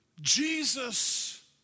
Jesus